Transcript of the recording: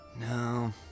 No